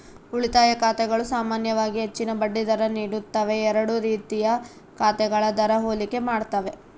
ಉಳಿತಾಯ ಖಾತೆಗಳು ಸಾಮಾನ್ಯವಾಗಿ ಹೆಚ್ಚಿನ ಬಡ್ಡಿ ದರ ನೀಡುತ್ತವೆ ಎರಡೂ ರೀತಿಯ ಖಾತೆಗಳ ದರ ಹೋಲಿಕೆ ಮಾಡ್ತವೆ